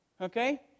Okay